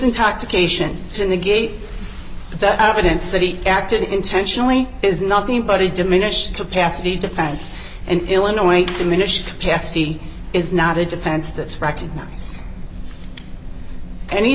intoxication to negate the evidence that he acted intentionally is nothing but a diminished capacity defense and illinois diminished capacity is not a defense that's recognized any